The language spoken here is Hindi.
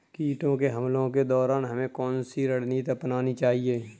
कीटों के हमलों के दौरान हमें कौन सी रणनीति अपनानी चाहिए?